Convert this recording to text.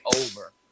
over